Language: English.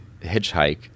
Hitchhike